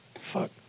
Fuck